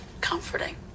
Comforting